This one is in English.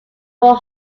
four